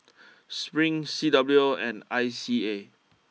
Spring C W O and I C A